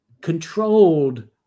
controlled